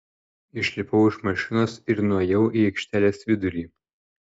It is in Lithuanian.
išlipau iš mašinos ir nuėjau į aikštelės vidurį